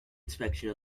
inspection